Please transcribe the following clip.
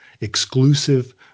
exclusive